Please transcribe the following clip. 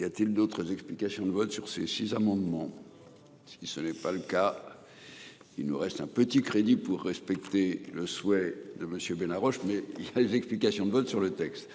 Y a-t-il d'autres explications de vote sur ces six amendements. Si ce n'est pas le cas. Il nous reste un petit crédit pour respecter le souhait de monsieur Roche. Mais il y a les explications de vote sur le texte